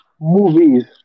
movies